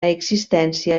existència